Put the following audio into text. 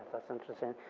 that's interesting.